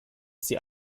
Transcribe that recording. sie